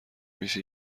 میشه